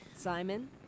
Simon